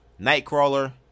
Nightcrawler